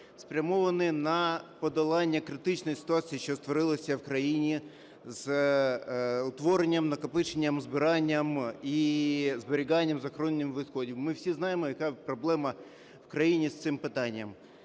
спрямовані на подолання критичної ситуації, що створилася в країні з утворенням, накопиченням, збиранням, зберіганням і захороненням відходів. Ми всі знаємо, яка проблема в країні з цим питанням.